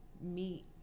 meet